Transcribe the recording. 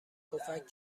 پفک